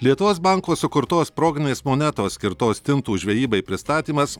lietuvos banko sukurtos proginės monetos skirtos stintų žvejybai pristatymas